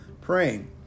praying